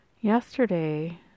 yesterday